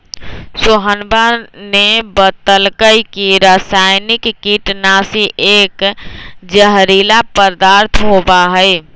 सोहनवा ने बतल कई की रसायनिक कीटनाशी एक जहरीला पदार्थ होबा हई